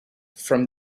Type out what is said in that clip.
from